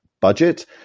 budget